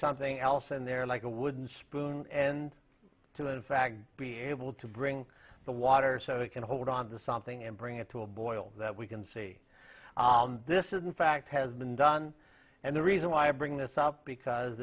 something else in there like a wooden spoon and to in fact be able to bring the water so it can hold on to something and bring it to a boil that we can see this is in fact has been done and the reason why i bring this up because